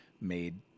made